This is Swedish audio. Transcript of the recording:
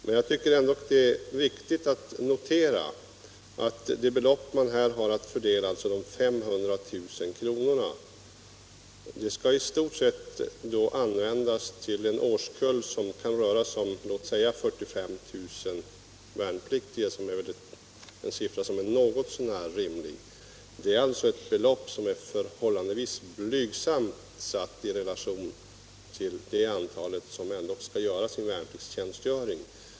Men jag tycker att det är viktigt att notera att det belopp man här har att fördela, 500 000 kr., i stort sett skall användas till en årskull som kan uppgå till 45 000 värnpliktiga — det är en något så när rimlig siffra. Det är alltså ett belopp som är ganska blygsamt i relation till det antal personer som skall göra sin värpliktstjänstgöring.